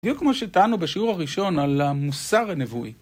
בדיוק כמו שטענו בשיעור הראשון על המוסר הנבואי.